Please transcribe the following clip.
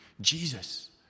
Jesus